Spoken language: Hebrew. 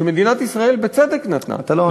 שמדינת ישראל, בצדק, נתנה, אתה לא עונה.